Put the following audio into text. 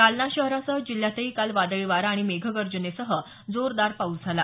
जालना शहरासह जिल्ह्यातही काल वादळी वारा आणि मेघ गर्जनेसह जोरदार पाऊस झाला